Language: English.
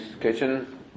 kitchen